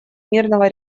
мирного